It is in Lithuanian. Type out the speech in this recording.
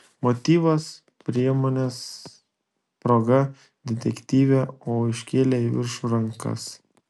motyvas priemonės proga detektyvė o iškėlė į viršų rankas